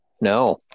No